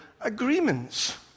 agreements